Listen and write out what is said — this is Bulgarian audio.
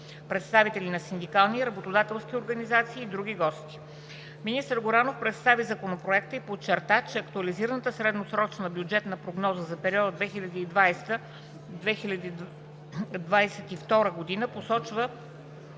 представители на синдикатите и работодателските организации и други гости. Министър Горанов представи Законопроекта и подчерта, че актуализираната средносрочна бюджетна прогноза за периода 2020 –2022 г. посочва